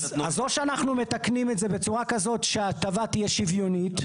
אז או שאנחנו מתקנים את זה בצורה כזאת שההטבה תהיה שוויונית.